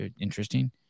Interesting